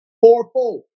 fourfold